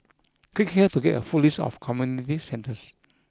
click here to get a full list of community centres